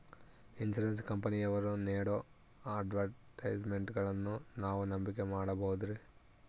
Insurance ಕಂಪನಿಯವರು ನೇಡೋ ಅಡ್ವರ್ಟೈಸ್ಮೆಂಟ್ಗಳನ್ನು ನಾವು ನಂಬಿಕೆ ಮಾಡಬಹುದ್ರಿ?